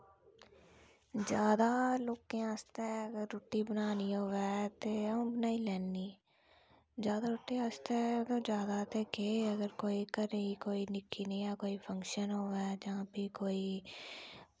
जादा लोकें आस्तै अगर रुट्टी बनानी होऐ ते अ'ऊं बनाई लैन्नी जादा रुट्टी आस्तै अगर जादा ते केह् अगर कोई घरै दा निक्का जेह् कोई फंक्शन होऐ जां फ्ही कोई